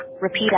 repeat